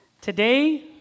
Today